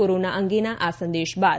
corona અંગેના આ સંદેશ બાદ